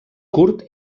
curt